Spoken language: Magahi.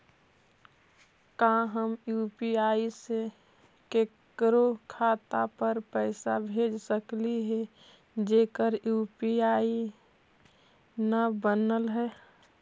का हम यु.पी.आई से केकरो खाता पर पैसा भेज सकली हे जेकर यु.पी.आई न बनल है?